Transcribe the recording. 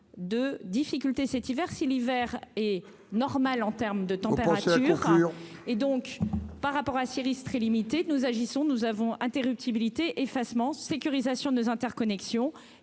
de difficultés cet hiver si l'hiver est normal en termes de température et donc par rapport à la Syrie très limité, nous agissons, nous avons interruptibilité effacement sécurisation des interconnexions,